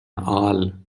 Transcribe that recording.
aal